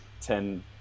ten